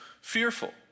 fearful